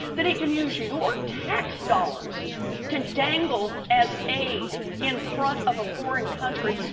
that he can use your tax dollars to dangle as aid in front of a foreign country,